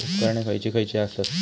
उपकरणे खैयची खैयची आसत?